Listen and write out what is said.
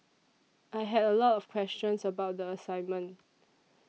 I had a lot of questions about the assignment